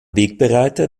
wegbereiter